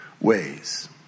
ways